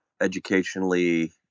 educationally